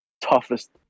toughest